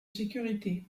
sécurité